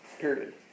Period